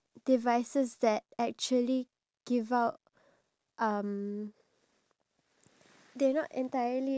then whatever you say you can just put it out there you can just comment anything you want say how you feel and